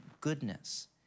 goodness